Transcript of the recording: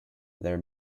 their